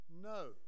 no